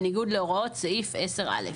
בניגוד להוראות סעיף 10(א).